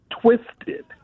twisted